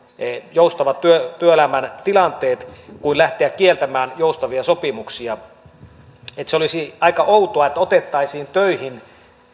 joustavat työelämän tilanteet kuin lähteä kieltämään joustavia sopimuksia se olisi aika outoa että otettaisiin töihin